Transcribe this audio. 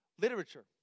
literature